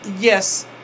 Yes